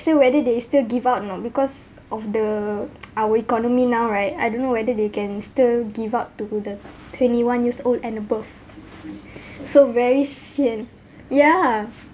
year whether they still give out or not because of the our economy now right I don't know whether they can still give out to the twenty one years old and above so very sian ya